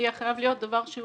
יהיה חייב להיות דבר שהוא